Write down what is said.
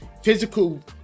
physical